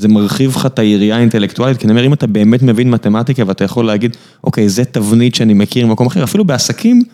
זה מרחיב לך ת׳יריעה האינטלקטואלית, כי אני אומר, אם אתה באמת מבין מתמטיקה ואתה יכול להגיד, אוקיי, זה תבנית שאני מכיר ממקום אחר, אפילו בעסקים.